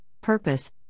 purpose